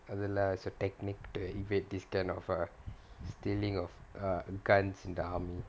அதுல சில:athula sila technique to evade this type of uh stealing of guns in the army